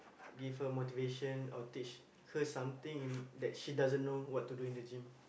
give her motivation or teach her something in that she doesn't know what to do in the gym